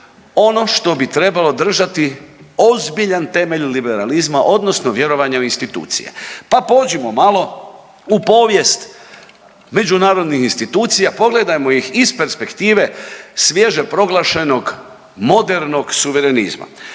ono što bi trebalo držati ozbiljan temelj liberalizma, odnosno vjerovanja u institucije. Pa pođimo malo u povijest međunarodnih institucija. Pogledajmo ih iz perspektive svježe proglašenog modernog suverenizma.